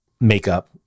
makeup